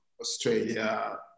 Australia